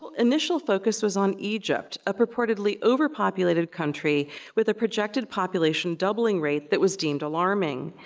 initial focus was on egypt, a purportedly overpopulated country with a projected population doubling rate that was deemed alarming.